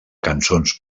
cançons